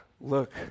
look